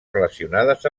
relacionades